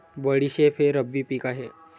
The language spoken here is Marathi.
बडीशेप हे रब्बी पिक आहे